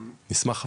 נשמח אפילו.